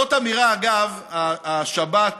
זאת אמירה, אגב, על השבת,